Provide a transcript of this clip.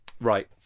right